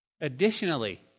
Additionally